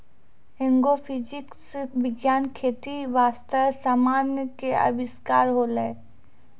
agrophysics विज्ञान खेती बास्ते समान के अविष्कार होलै